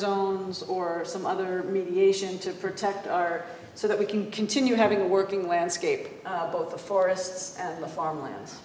zones or some other mediation to protect our so that we can continue having a working landscape of both the forests the farmlands